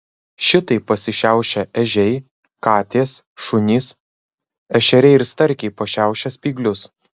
šitaip pasišiaušia ežiai katės šunys ešeriai ir starkiai pašiaušia spyglius